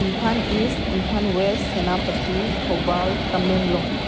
Imphal is Imphal was Senapati Thoubal Tamenglong